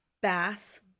bass